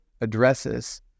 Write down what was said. addresses